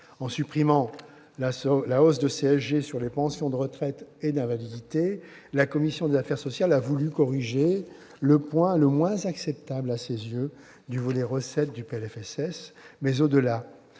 En supprimant la hausse de la CSG sur les pensions de retraite et d'invalidité, la commission des affaires sociales a voulu corriger le point le moins acceptable à ses yeux du volet « recettes » du PLFSS. Mais, au-delà